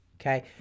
Okay